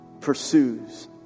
pursues